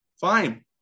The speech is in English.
Fine